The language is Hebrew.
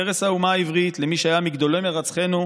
ערש האומה העברית, למי שהיה מגדולי מרצחינו,